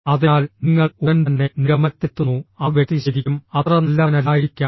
അതിനാൽ നിങ്ങൾ ഉടൻ തന്നെ നിഗമനത്തിലെത്തുന്നു ആ വ്യക്തി ശരിക്കും അത്ര നല്ലവനല്ലായിരിക്കാം